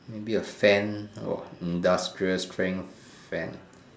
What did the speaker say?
maybe a fan or a industrial strength fan